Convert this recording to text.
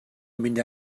mynd